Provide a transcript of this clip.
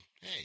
hey